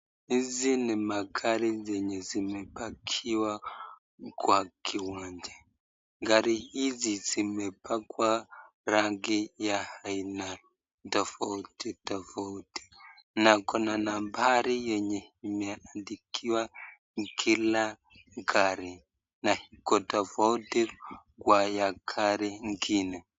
Hizi ni magari zenye zimepakiwa kwa kiwanja. Gari hizi zimepakwa rangi ya aina tofauti tofauti na kuna nambari yenye imeandikiwa kila gari na iko tofauti kwa ya gari ngine.